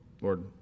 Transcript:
Lord